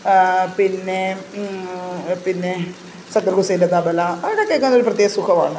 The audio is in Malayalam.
പിന്നെ പിന്നെ സക്കീർ ഹുസൈൻ്റെ തബല അതൊക്കെ കേൾക്കാനൊരു പ്രത്യേക സുഖമാണ്